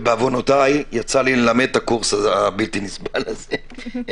ובעוונותיי יצא לי ללמד את הקורס הבלתי נסבל הזה,